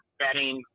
betting